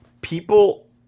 people